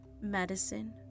Medicine